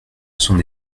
son